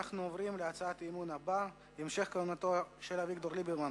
אנחנו עוברים להצעת האי-אמון הבאה: המשך כהונתו של אביגדור ליברמן